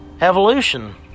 evolution